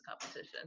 competition